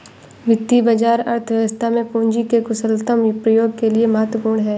वित्तीय बाजार अर्थव्यवस्था में पूंजी के कुशलतम प्रयोग के लिए महत्वपूर्ण है